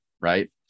right